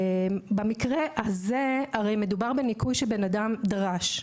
הרי, מדובר בניכוי שבן אדם דרש.